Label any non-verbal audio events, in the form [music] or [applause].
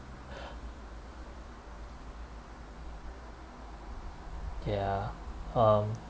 [breath] ya um